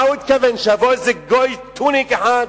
למה הוא התכוון, שיבוא איזה גוי, טוניק אחד,